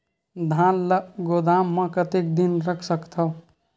धान ल गोदाम म कतेक दिन रख सकथव?